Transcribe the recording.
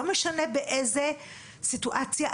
לא משנה באיזו סיטואציה,